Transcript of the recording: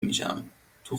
میشم، تو